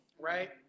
Right